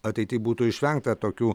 ateity būtų išvengta tokių